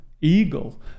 eagle